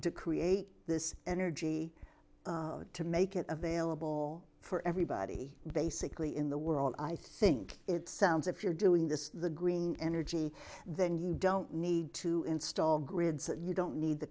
to create this energy to make it available for everybody basically in the world i think it sounds if you're doing this the green energy then you don't need to install grids you don't